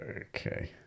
Okay